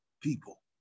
people